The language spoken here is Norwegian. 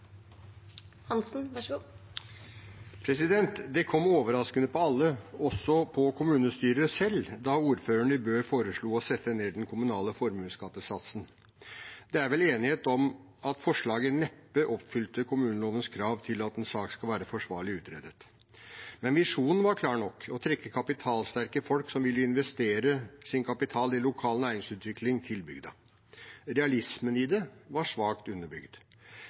Det kom overraskende på alle, også på kommunestyret selv, da ordføreren i Bø foreslo å sette ned den kommunale formuesskattesatsen. Det er vel enighet om at forslaget neppe oppfylte kommunelovens krav om at en sak skal være forsvarlig utredet. Visjonen var klar nok: å trekke kapitalsterke folk som ville investere sin kapital i lokal næringsutvikling, til bygda. Realismen i det var svakt underbygd.